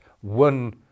one